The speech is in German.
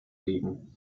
legen